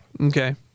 Okay